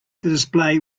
display